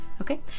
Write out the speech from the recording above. Okay